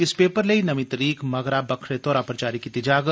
इस पेपर लेई नमीं तरीक मगरा बक्खरे तौरा पर जारी कीती जाग